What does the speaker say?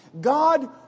God